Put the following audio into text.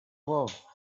love